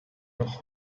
noch